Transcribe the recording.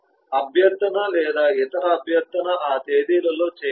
అభ్యర్థన లేదా ఇతర అభ్యర్థన ఆ తేదీలలో చేయవచ్చు